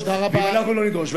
ואם אנחנו לא נדרוש,